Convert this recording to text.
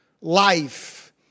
life